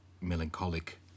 melancholic